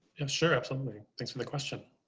and sure. absolutely. thanks for the question.